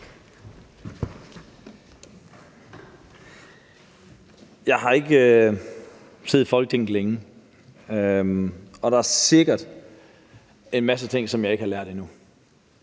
Jeg har ikke siddet i Folketinget længe, og der er sikkert en masse ting, som jeg ikke har lært endnu.